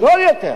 זול יותר.